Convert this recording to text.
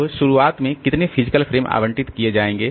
अब शुरुआत में कितने फिजिकल फ्रेम आवंटित किए जाएंगे